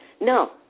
No